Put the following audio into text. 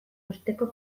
osteko